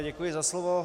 Děkuji za slovo.